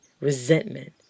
resentment